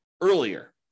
earlier